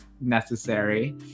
necessary